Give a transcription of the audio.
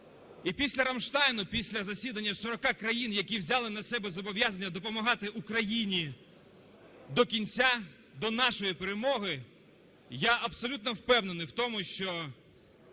І після Рамштайну, після засідання 40 країн, які взяли на себе зобов'язання допомагати Україні до кінця, до нашої перемоги, я абсолютно впевнений в тому, що